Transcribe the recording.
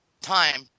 time